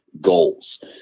goals